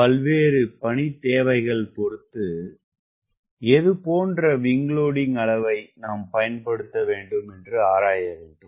பல்வேறு பணி தேவைகள் பொறுத்து எது போன்ற விங் லோடிங் அளவை நாம் பயன்படுத்த வேண்டும் என்று ஆராய வேண்டும்